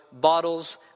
bottles